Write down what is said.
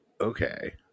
Okay